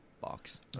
box